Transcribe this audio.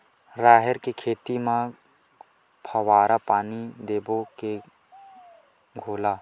राहेर के खेती म फवारा पानी देबो के घोला?